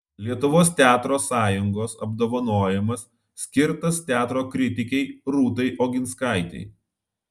lietuvos teatro sąjungos apdovanojimas skirtas teatro kritikei rūtai oginskaitei